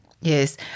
Yes